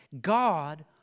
God